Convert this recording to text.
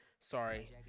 sorry